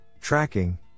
tracking